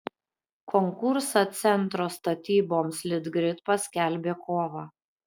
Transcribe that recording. konkursą centro statyboms litgrid paskelbė kovą